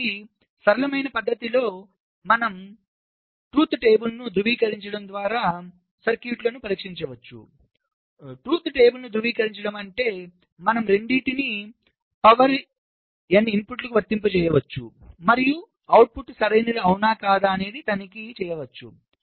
కాబట్టి సరళమైన పద్ధతిలో మనం సత్య పట్టికను ధృవీకరించడం ద్వారా సర్క్యూట్లను పరీక్షించవచ్చు సత్య పట్టికలను ధృవీకరించడం అంటే మనం రెండింటినీ పవర్ ఎన్ ఇన్పుట్లకు వర్తింపజేయవచ్చు మరియు అవుట్పుట్ సరైనదేనా కాదా అని తనిఖీ చేయవచ్చు